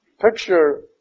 picture